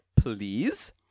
Please